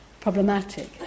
problematic